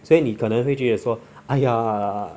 所以你可能会也说 !aiya!